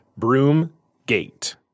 Broomgate